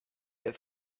that